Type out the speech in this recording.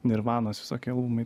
nirvanos visokie alumai